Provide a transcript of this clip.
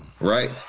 Right